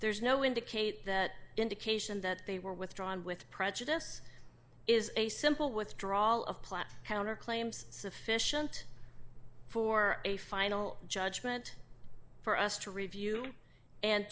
there's no indicate that indication that they were withdrawn with prejudice is a simple withdrawal of platter counter claims sufficient for a final judgment for us to review and